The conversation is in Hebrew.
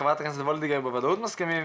שעל זה גם חברת הכנסת וולדיגר ואני מסכימים.